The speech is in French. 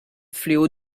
fléau